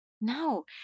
No